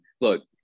Look